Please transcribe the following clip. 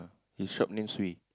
his shop name Swee